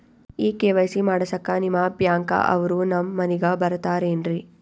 ಈ ಕೆ.ವೈ.ಸಿ ಮಾಡಸಕ್ಕ ನಿಮ ಬ್ಯಾಂಕ ಅವ್ರು ನಮ್ ಮನಿಗ ಬರತಾರೆನ್ರಿ?